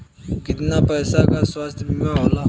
कितना पैसे का स्वास्थ्य बीमा होला?